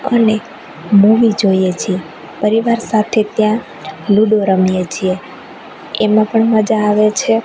અને મૂવી જોઈએ છીએ પરિવાર સાથે ત્યાં લૂડો રમીએ છીએ એમાં પણ મજા આવે છે